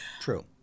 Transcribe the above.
True